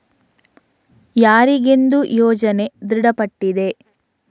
ಯಾರಿಗೆಂದು ಯೋಜನೆ ದೃಢಪಟ್ಟಿದೆ?